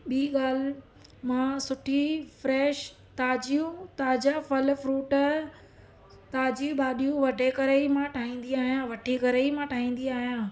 ॿीं ॻाल्हि मां सुठी फ़्रेश ताज़ियूं ताज़ा फल फ्रूट ताज़ी भाॼियूं वढे करे ई मां ठाहींदी आहियां वठी करे ई मां ठाहींदी आहियां